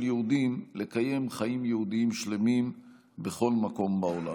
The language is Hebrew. יהודים לקיים חיים יהודיים שלמים בכל מקום בעולם.